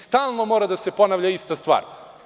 Stalno mora da se ponavlja ista stvar.